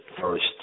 first